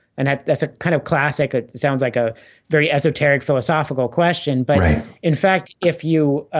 and that's a kind of classic. it sounds like a very esoteric philosophical question but in fact if you,